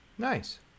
nice